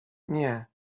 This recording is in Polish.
nie